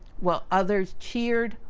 well, others cheered,